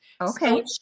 Okay